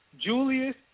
Julius